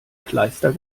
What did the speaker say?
kleister